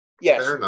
Yes